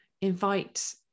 invite